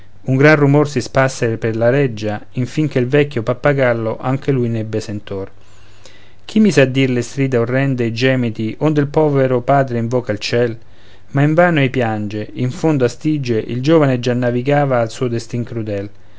un gran rumor si sparse per la reggia infin che il vecchio pappagallo anche lui n'ebbe sentor hi mise a dir le strida orrende e i gemiti onde il povero padre invoca il ciel ma invano ei piange in fondo a stige il giovine già navigava al suo destin crudel